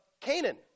Canaan